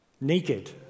naked